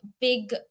big